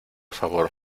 favor